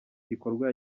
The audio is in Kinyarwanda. gikorwa